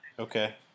Okay